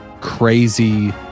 crazy